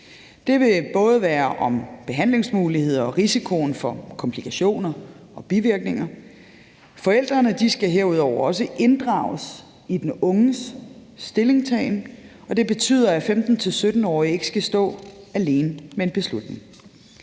Det vil både være om behandlingsmulighederne og risikoen for komplikationer og bivirkninger. Forældrene skal herudover også inddrages i den unges stillingtagen, og det betyder, at 15-17-årige ikke skal stå alene med en beslutning.